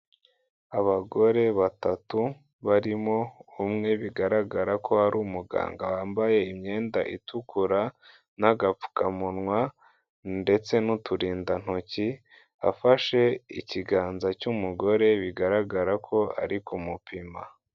Abagore batatu barimo umwe bigaragara ko ari umuganga wambaye imyenda itukura n'agapfukamunwa ndetse n'uturindantoki afashe ikiganza cy'umugore bigaragara ko ari kumupima.